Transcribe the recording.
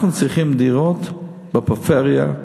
אנחנו צריכים דירות בפריפריה,